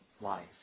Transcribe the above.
life